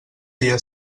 dia